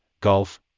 golf